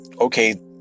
Okay